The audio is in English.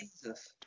Jesus